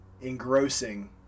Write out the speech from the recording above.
engrossing